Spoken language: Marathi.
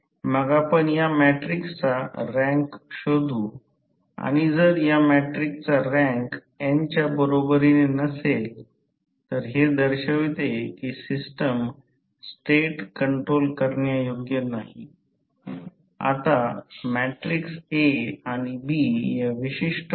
म्हणून कोणत्याही भारपासून पूर्ण भारापर्यंतचे दर्शविले जात नाही कारण त्यास व्होल्टेज रेट केले गेले आहे म्हणजे विद्युतदाब नियमन म्हणजे हे V2 0 कमी भार आहे आणि हे V2 fl पूर्ण भार विभाजित V2 fl 100 हे विद्युतदाब नियमन आहे